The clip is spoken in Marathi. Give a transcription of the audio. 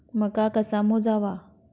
मका कसा मोजावा?